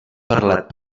parlat